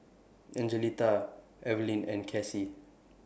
Angelita Evalyn and Cassie